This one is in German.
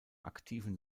aktiven